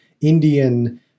Indian